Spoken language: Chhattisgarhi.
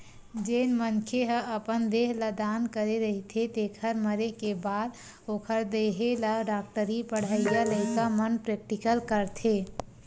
जेन मनखे ह अपन देह ल दान करे रहिथे तेखर मरे के बाद ओखर देहे ल डॉक्टरी पड़हइया लइका मन प्रेक्टिकल करथे